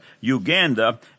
Uganda